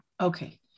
Okay